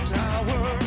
tower